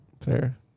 Fair